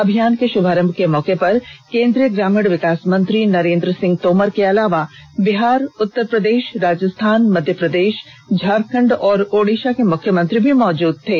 अभियान के शुभारंभ के मौके पर केंद्रीय ग्रामीण विकास मंत्री नरेंद्र सिंह तोमर के अलावा बिहार उत्तर प्रदेश राजस्थान मध्य प्रदेश झारखंड और ओडीसा के मुख्यमंत्री भी मौजूद थे